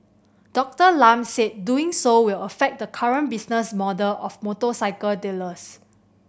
Doctor Lam said doing so will affect the current business model of motorcycle dealers